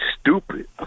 stupid